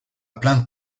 plein